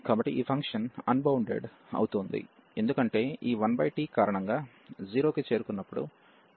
కాబట్టి ఈ function unbounded గా అవుతోంది ఎందుకంటే ఈ 1t కారణంగా 0 కి చేరుకున్నప్పుడు ప్రవర్తన ఈ 1t ద్వారా చెప్పబడుతుంది